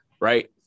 Right